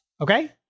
Okay